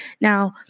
Now